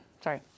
Sorry